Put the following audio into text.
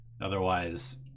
Otherwise